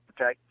okay